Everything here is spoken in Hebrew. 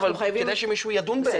אבל כדאי שמישהו ידון בהן.